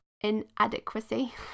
inadequacy